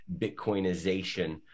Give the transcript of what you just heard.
Bitcoinization